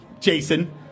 Jason